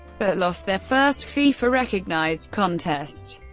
but lost their first fifa-recognised contest.